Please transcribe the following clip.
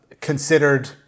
considered